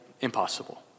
Impossible